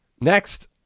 Next